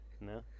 No